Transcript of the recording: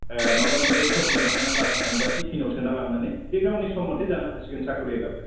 माबा मोनसे सब्जि बानायना लाना थाङोबा टिफिनाव सोना लांनानै बे गावनि सम मथै जानो हासिगोन साकरिआलाफोरा